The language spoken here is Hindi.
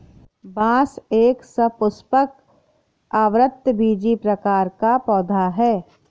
बांस एक सपुष्पक, आवृतबीजी प्रकार का पौधा है